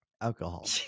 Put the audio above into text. alcohol